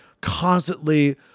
constantly